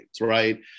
right